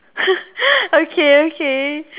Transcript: okay okay